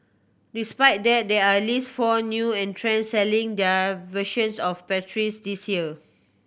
despite that there are at least four new entrants selling their versions of the pastries this year